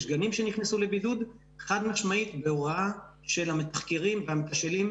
יש גנים שנכנסו לבידוד חד-משמעית בהוראה של המתחקרים והמתשאלים